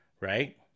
right